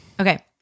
Okay